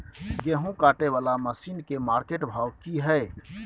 गेहूं काटय वाला मसीन के मार्केट भाव की हय?